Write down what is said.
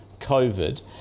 covid